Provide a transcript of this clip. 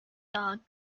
dog